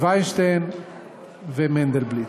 וינשטיין ומנדלבליט.